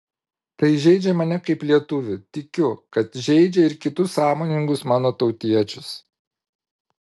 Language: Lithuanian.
tai žeidžia mane kaip lietuvį tikiu kad žeidžia ir kitus sąmoningus mano tautiečius